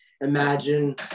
imagine